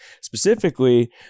specifically